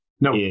No